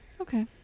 Okay